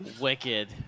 Wicked